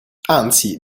anzi